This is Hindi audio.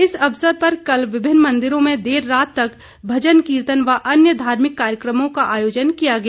इस अवसर पर कल विभिन्न मन्दिरों में देर रात तक भजन कीर्तन व अन्य धार्मिक कार्यक्रमों का आयोजन किया गया